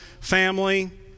family